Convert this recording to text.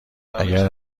اگر